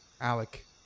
Alec